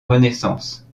renaissance